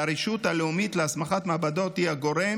והרשות הלאומית להסמכת מעבדות היא הגורם